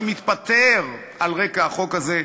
שמתפטר על רקע החוק הזה,